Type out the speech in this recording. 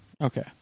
Okay